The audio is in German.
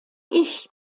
ich